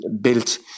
built